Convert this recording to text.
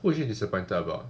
who is she disappointed about